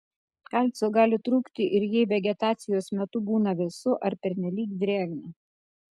kalcio gali trūkti ir jei vegetacijos metu būna vėsu ar pernelyg drėgna